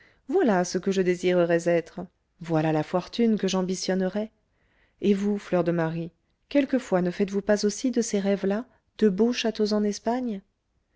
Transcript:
voilà ce que je désirerais être voilà la fortune que j'ambitionnerais et vous fleur de marie quelquefois ne faites-vous pas aussi de ces rêves là de beaux châteaux en espagne